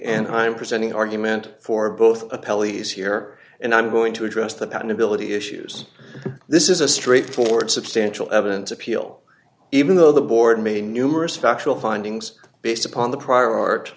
and i'm presenting an argument for both a police here and i'm going to address the patentability issues this is a straightforward substantial evidence appeal even though the board me numerous factual findings based upon the prior art